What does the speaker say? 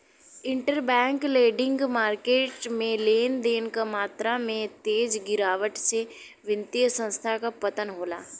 interbank lending market में लेन देन क मात्रा में तेज गिरावट से वित्तीय संस्थान क पतन होला